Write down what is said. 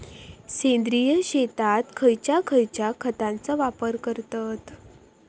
सेंद्रिय शेतात खयच्या खयच्या खतांचो वापर करतत?